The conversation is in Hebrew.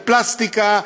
זה פלסטיקה,